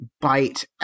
bite